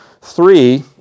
Three